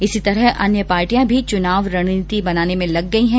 इसी तरह अन्य पार्टियां भी चुनावी रणनीति बनाने में लग गई है